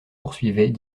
poursuivait